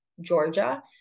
Georgia